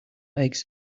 eggs